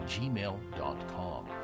gmail.com